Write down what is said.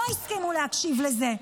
לא הסכימו להקשיב לזה.